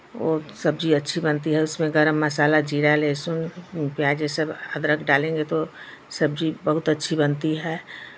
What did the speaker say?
वो सब्जी अच्छी बनती है उसमें गरम मसाला जीरा लहसुन प्याज ये सब अदरक डालेंगे तो सब्जी बहुत अच्छी बनती है